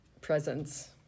presence